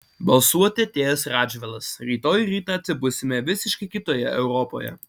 balsuoti atėjęs radžvilas rytoj rytą atsibusime visiškai kitoje europoje